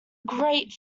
great